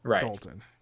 Dalton